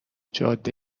جاده